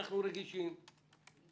הם צריכים לבוא מהתחום,